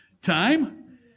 Time